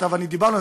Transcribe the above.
אתה ואני דיברנו,